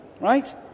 Right